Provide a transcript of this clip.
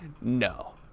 No